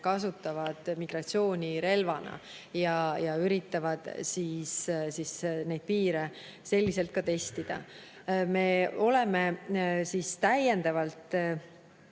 kasutavad migratsiooni relvana ja üritavad neid piire selliselt testida. Me oleme täiendavalt